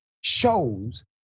shows